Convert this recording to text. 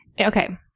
okay